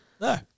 No